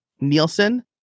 Nielsen